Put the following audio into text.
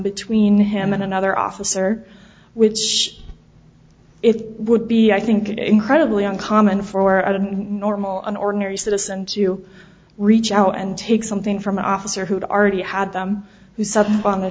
between him and another officer which it would be i think incredibly uncommon for a normal an ordinary citizen to reach out and take something from an officer who had already had them who sat on the